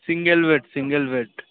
single bed single bed